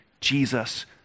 Jesus